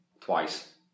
twice